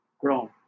grown